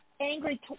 angry